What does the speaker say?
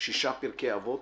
6 פרקי אבות",